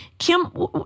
Kim